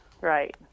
Right